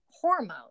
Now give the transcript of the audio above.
hormones